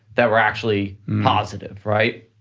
that were actually positive. right?